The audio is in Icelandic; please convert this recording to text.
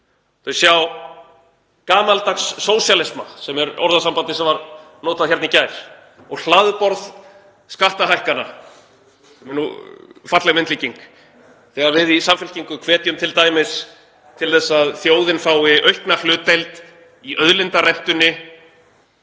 rautt, sjá gamaldags sósíalisma, sem er orðasambandið sem var notað hér í gær, og hlaðborð skattahækkana, sem er nú falleg myndlíking, þegar við í Samfylkingu hvetjum t.d. til þess að þjóðin fái aukna hlutdeild í auðlindarentunni